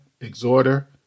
exhorter